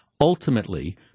ultimately